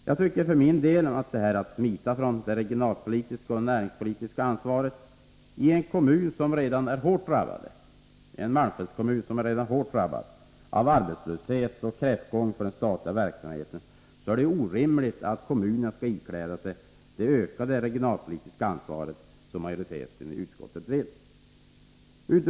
Jag tycker för min del att det är att smita ifrån det regionalpolitiska och näringspolitiska ansvaret. För en malmfältskommun som redan är hårt drabbad av arbetslöshet och av kräftgång när det gäller den statliga verksamheten, är det orimligt att ikläda sig det ökade regionalpolitiska ansvar som majoriteten i utskottet vill pålägga den.